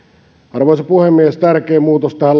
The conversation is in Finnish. arvoisa puhemies tärkein muutos tähän